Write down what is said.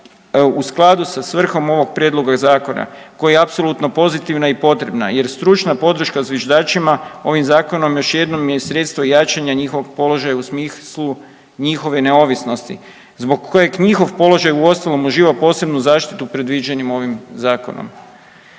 u skladu sa svrhom ovog prijedloga zakona koja je apsolutno pozitivna i potrebna jer stručna podrška zviždačima ovim zakonom još jednom je sredstvo jačanja njihovog položaja u smislu njihove neovisnosti zbog kojeg njihov položaj uostalom uživa posebnu zaštitu predviđenu ovim zakonom.